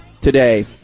today